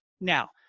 Now